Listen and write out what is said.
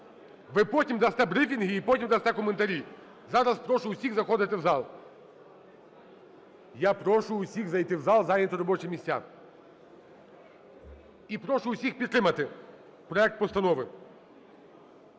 Ви потім дасте брифінги і потім дасте коментарі. Зараз прошу усіх заходити в зал. Я прошу усіх зайти в зал і зайняти робочі місця. І прошу усіх підтримати проект постанови.